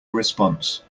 response